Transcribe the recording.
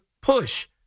push